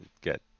get